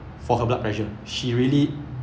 for her blood pressure she really